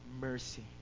mercy